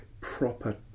proper